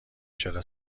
چرا